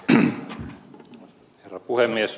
herra puhemies